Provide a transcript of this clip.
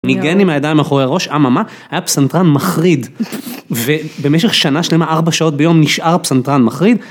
ניגן עם הידיים מאחורי הראש, אממה, היה פסנתרן מחריד. ובמשך שנה שלמה, ארבע שעות ביום, נשאר פסנתרן מחריד.